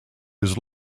his